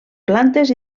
plantes